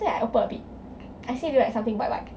then I open a bit I see a bit like something white white